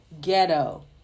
ghetto